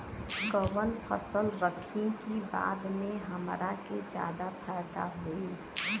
कवन फसल रखी कि बाद में हमरा के ज्यादा फायदा होयी?